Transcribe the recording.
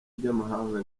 by’amahanga